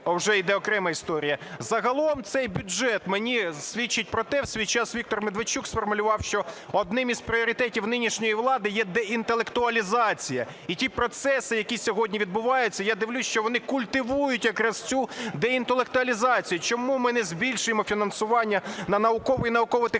вже йде окрема історія. Загалом цей бюджет мені свідчить про те, в свій час Віктор Медведчук сформулював, що одним із пріоритетів нинішньої влади є де інтелектуалізація. І ті процеси, які сьогодні відбуваються, я дивлюся, що вони культивують якраз цю деінтелектуалізацію. Чому ми не збільшуємо фінансування на наукову і науково-технічну